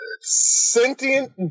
sentient